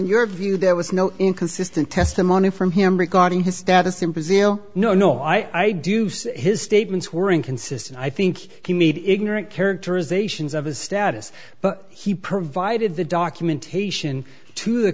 your view there was no inconsistent testimony from him regarding his status in brazil no no i do see his statements were inconsistent i think he made ignorant characterizations of his status but he provided the documentation to the